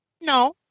No